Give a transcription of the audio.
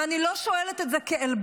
ואני לא שואלת את זה כעלבון,